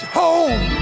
home